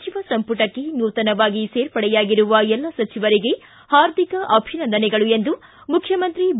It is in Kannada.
ಸಚಿವ ಸಂಪುಟಕ್ಕೆ ನೂತನವಾಗಿ ಸೇರ್ಪಡೆಯಾಗಿರುವ ಎಲ್ಲ ಸಚಿವರಿಗೆ ಹಾರ್ದಿಕ ಅಭಿನಂದನೆಗಳು ಎಂದು ಮುಖ್ಯಮಂತ್ರಿ ಬಿ